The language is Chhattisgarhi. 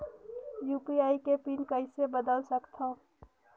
यू.पी.आई के पिन कइसे बदल सकथव?